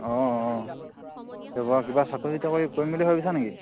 অঁ অঁ তাৰপৰা কিবা চাকৰি তাকৰি কৰিম বুলি ভাবিছা নেকি